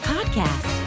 Podcast